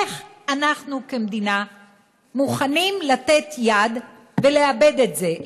איך אנחנו כמדינה מוכנים לתת יד ולאבד את זה,